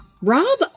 rob